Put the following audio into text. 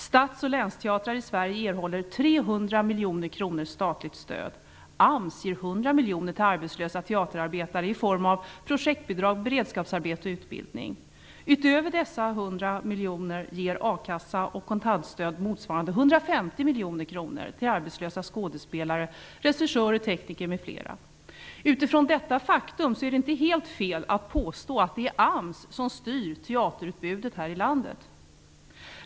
Stats och länsteatrar i Sverige erhåller 300 miljoner kronor i statligt stöd. AMS ger 100 miljoner kronor till arbetslösa teaterarbetare i form av projektbidrag, beredskapsarbete och utbildning. Utöver dessa 100 miljoner ger a-kassa och kontantstöd motsvarande 150 miljoner kronor till arbetslösa skådespelare, regissörer, tekniker m.fl. Utifrån detta faktum är det inte helt fel att påstå att det är AMS som styr teaterutbudet här i landet.